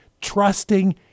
Trusting